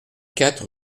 quatre